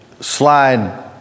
slide